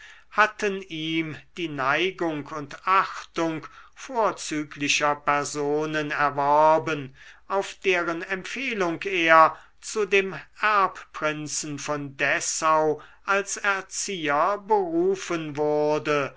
hatten ihm die neigung und achtung vorzüglicher personen erworben auf deren empfehlung er zu dem erbprinzen von dessau als erzieher berufen wurde